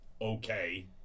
okay